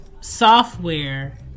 software